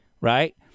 right